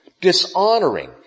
dishonoring